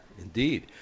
indeed